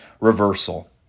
reversal